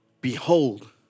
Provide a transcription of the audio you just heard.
behold